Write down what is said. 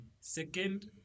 Second